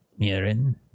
Mirin